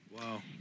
Wow